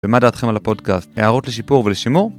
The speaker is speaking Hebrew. ומה דעתכם על הפודקאסט? הערות לשיפור ולשימור